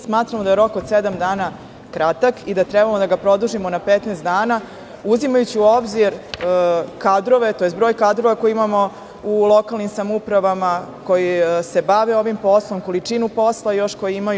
Smatramo da je rok od sedam dana kratak i da treba da ga produžimo na 15 dana, uzimajući u obzir kadrove, tj. broj kadrova koje imamo u lokalnim samoupravama koji se bave ovim poslovima, količinom posla koji imaju.